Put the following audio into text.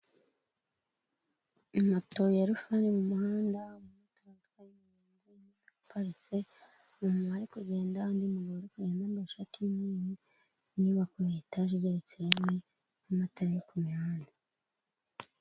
moto ya rivani mu muhanda, iparitse, umuntu ari kugenda, undi muntu wambaye ishati ny'umweru, inyubako ya etaje igeretse rimwe, n'amatara yo ku mihanda.